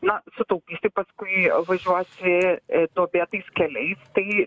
na sutaupysi paskui važiuosi e duobėtais keliais tai